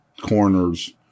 corners